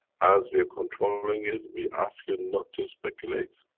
as we are controlling it we ask you not to speculate.